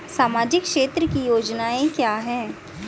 सामाजिक क्षेत्र की योजनाएं क्या हैं?